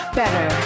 better